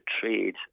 trade